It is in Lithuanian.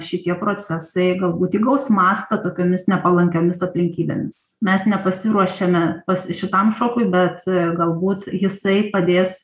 šitie procesai galbūt įgaus mastą tokiomis nepalankiomis aplinkybėmis mes nepasiruošėme šitam šokui bet galbūt jisai padės